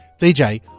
DJ –